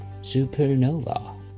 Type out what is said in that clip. supernova